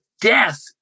death